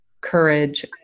courage